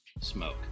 smoke